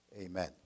Amen